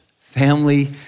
family